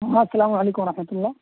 ہاں سلام علیکم و رحمۃ اللہ